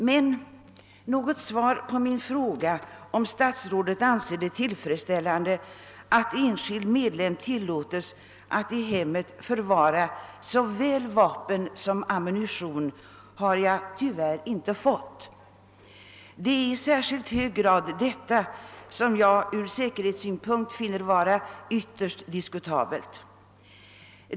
Men något svar på min fråga huruvida statsrådet anser det tillfredsställande att enskild medlem tillåtes att i hemmet förvara såväl vapen som ammunition har jag tyvärr inte fått. Det är detta förvarande i hemmet av både vapen och ammunition som jag i så hög grad finner vara diskutabelt ur säkerhetssynpunkt.